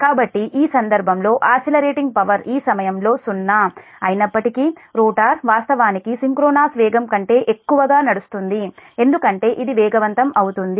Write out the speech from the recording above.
కాబట్టి ఈ సందర్భంలో ఆసిలరేటింగ్ పవర్ ఈ సమయంలో '0' అయినప్పటికీ రోటర్ వాస్తవానికి సింక్రోనస్ వేగం కంటే ఎక్కువగా నడుస్తుంది ఎందుకంటే ఇది వేగవంతం అవుతుంది